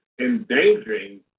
endangering